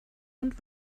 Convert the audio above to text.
und